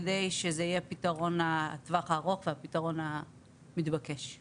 כדי שזה יהיה פתרון לטווח הארוך והפתרון המתבקש.